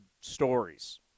stories